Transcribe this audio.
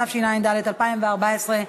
התשע"ד 2014,